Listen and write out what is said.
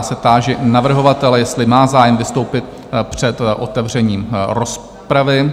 A já se táži navrhovatele, jestli má zájem vystoupit před otevřením rozpravy?